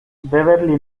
beverly